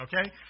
Okay